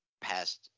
past